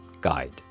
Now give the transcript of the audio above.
guide